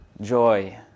Joy